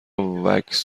وکس